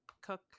cook